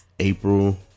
April